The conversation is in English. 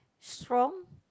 strong